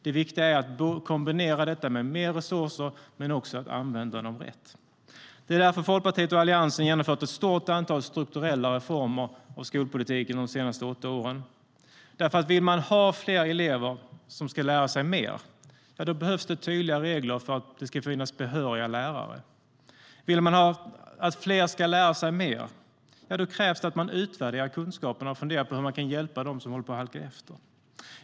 Det viktiga är att kombinera detta. Det handlar om mer resurser men också om att använda dem rätt. Det är därför Folkpartiet och Alliansen har genomfört ett stort antal strukturella reformer i skolpolitiken de senaste åtta åren. Vill man att fler elever ska lära sig mer behövs det nämligen tydliga regler för hur det ska finnas behöriga lärare. Vill man att fler ska lära sig mer krävs det att man utvärderar kunskapen och funderar på hur man kan hjälpa dem som håller på att halka efter.